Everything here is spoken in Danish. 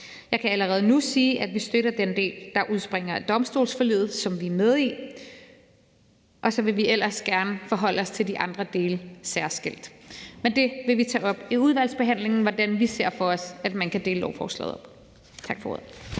Jeg kan allerede nu sige, at vi støtter den del, der udspringer af domstolsforliget, som vi er med i, og så vil vi ellers gerne forholde os til de andre dele særskilt. Men vi vil tage op i udvalgsbehandlingen, hvordan vi ser for os at man kan dele lovforslaget op. Tak for ordet.